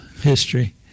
history